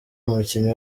umukinnyi